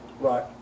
Right